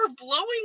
blowing